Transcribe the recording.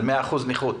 על 100% נכות.